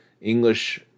English